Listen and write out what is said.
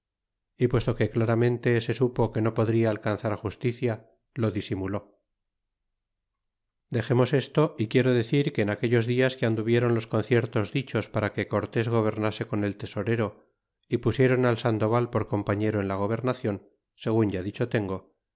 y puesto que claramente se supo que no podria alcanzar justicia lo disimulé dexemos esto y quiero decir que en aquellos dias que anduvieron los conciertos dichos para que gobernase con el tesorero y pusieron sandoval por compañero en la gobernacion segun ya dicho tengo